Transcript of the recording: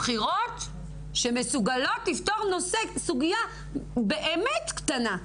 בכירות שמסוגלות לפתור סוגיה באמת קטנה.